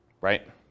right